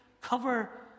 cover